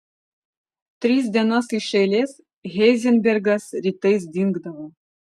tris dienas iš eilės heizenbergas rytais dingdavo